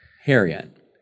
Harriet